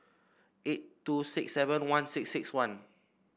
eight two six seven one six six one